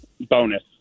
bonus